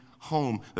Home